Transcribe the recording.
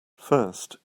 first